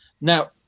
Now